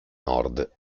nord